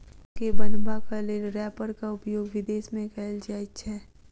बोझ के बन्हबाक लेल रैपरक उपयोग विदेश मे कयल जाइत छै